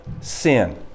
sin